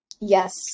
Yes